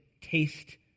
taste